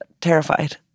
terrified